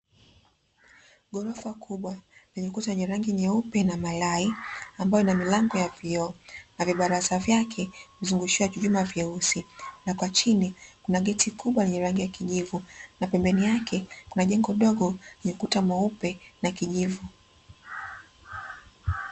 Ghorofa kubwa lenye ukuta wenye rangi nyeupe na malai ambayo ina milango ya vioo na vibalaza vyake vimezungushiwa vyuma vyeusi, na kwa chini kuna geti kubwa lenye rangi ya kijivu, na pembeni yake kuna jengo dogo lenye ukuta mweupe na kijivu.